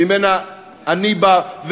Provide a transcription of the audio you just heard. שממנה אני בא,